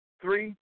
Three